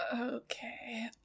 Okay